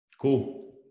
cool